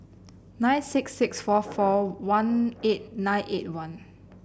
nine six six four four one eight nine eight one